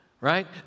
right